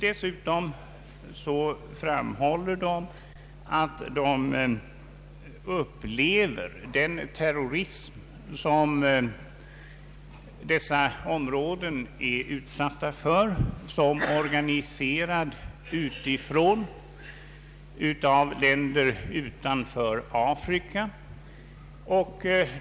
Dessutom framhåller de att de upplever den terrorism, som dessa områden är utsatta för, såsom organiserad utifrån av länder bl a. utanför Afrika.